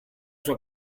sua